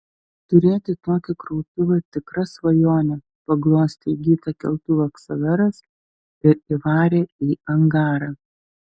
turėti tokį krautuvą tikra svajonė paglostė įgytą keltuvą ksaveras ir įvarė į angarą